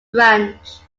branch